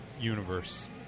universe